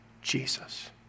Jesus